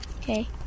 Okay